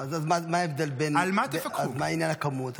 מה עניין הכמות?